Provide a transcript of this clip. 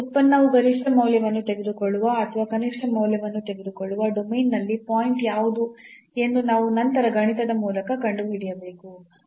ಉತ್ಪನ್ನವು ಗರಿಷ್ಠ ಮೌಲ್ಯವನ್ನು ತೆಗೆದುಕೊಳ್ಳುವ ಅಥವಾ ಕನಿಷ್ಠ ಮೌಲ್ಯವನ್ನು ತೆಗೆದುಕೊಳ್ಳುವ ಡೊಮೇನ್ನಲ್ಲಿ ಪಾಯಿಂಟ್ ಯಾವುದು ಎಂದು ನಾವು ನಂತರ ಗಣಿತದ ಮೂಲಕ ಕಂಡುಹಿಡಿಯಬೇಕು